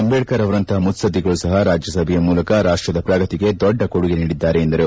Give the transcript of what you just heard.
ಅಂಬೇಡರ್ ಅವರಂತಹ ಮುತ್ತದ್ದಿಗಳು ಸಹ ರಾಜ್ಲಸಭೆಯ ಮೂಲಕ ರಾಷ್ಲದ ಪ್ರಗತಿಗೆ ದೊಡ್ಡ ಕೊಡುಗೆ ನೀಡಿದ್ದಾರೆ ಎಂದರು